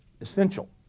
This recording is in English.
essential